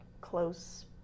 close